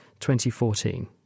2014